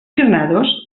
granados